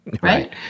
right